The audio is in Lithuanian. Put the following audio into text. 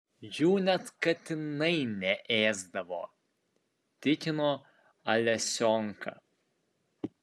jų net katinai neėsdavo tikino alesionka